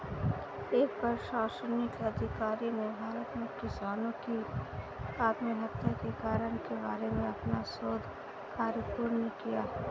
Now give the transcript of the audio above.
एक प्रशासनिक अधिकारी ने भारत में किसानों की आत्महत्या के कारण के बारे में अपना शोध कार्य पूर्ण किया